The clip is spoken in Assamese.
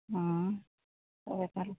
অঁ